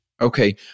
Okay